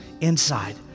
inside